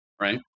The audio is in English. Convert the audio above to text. Right